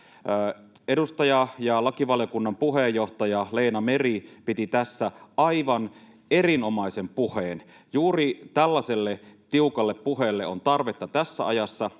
Edustaja ja lakivaliokunnan puheenjohtaja Leena Meri piti tässä aivan erinomaisen puheen. Juuri tällaiselle tiukalle puheelle on tarvetta tässä ajassa.